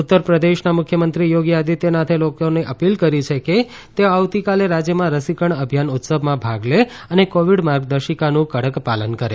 ઉત્તર પ્રદેશના મુખ્યમંત્રી યોગી આદિત્યનાથે લોકોને અપીલ કરી છે કે તેઓ આવતીકાલે રાજ્યમાં રસીકરણ અભિયાન ઉત્સવમાં ભાગ લે અને કોવિડ માર્ગદર્શિકાનું કડક પાલન કરે